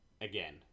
again